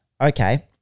okay